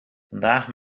vandaag